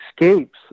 escapes